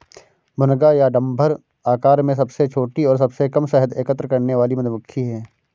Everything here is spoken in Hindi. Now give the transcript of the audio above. भुनगा या डम्भर आकार में सबसे छोटी और सबसे कम शहद एकत्र करने वाली मधुमक्खी है